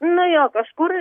na jo kažkur